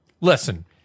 listen